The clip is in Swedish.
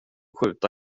skjuta